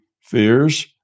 fears